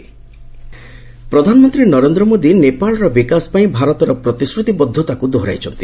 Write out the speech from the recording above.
PM କ୍ରସ୍ବର୍ଡର ପ୍ରଧାନମନ୍ତ୍ରୀ ନରେନ୍ଦ୍ର ମୋଦୀ ନେପାଳର ବିକାଶ ପାଇଁ ଭାରତର ପ୍ରତିଶ୍ରତିବଦ୍ଧତାକୁ ଦୋହରାଇଛନ୍ତି